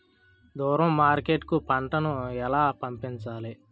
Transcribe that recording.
దూరం మార్కెట్ కు పంట ను ఎలా పంపించాలి?